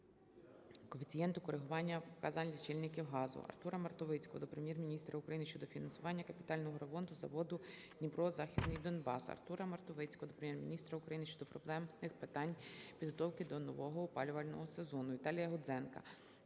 коефіцієнту коригування показань лічильників газу. Артура Мартовицького до Прем'єр-міністра України щодо фінансування капітального ремонту водоводу "Дніпро-Західний Донбас". Артура Мартовицького до Прем'єр-міністра України щодо проблемних питань підготовки до нового опалювального сезону. Віталія Гудзенка